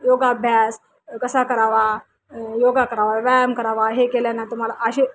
योगाभ्यास कसा करावा योगा करावा व्यायाम करावा हे केल्याने तुम्हाला असे